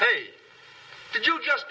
hey did you just